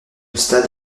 stade